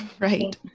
Right